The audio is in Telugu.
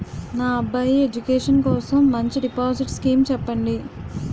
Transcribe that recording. నా అబ్బాయి ఎడ్యుకేషన్ కోసం మంచి డిపాజిట్ స్కీం చెప్పండి